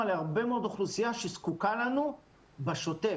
להרבה מאוד אוכלוסייה שזקוקה לנו בשוטף.